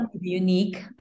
Unique